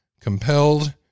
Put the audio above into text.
compelled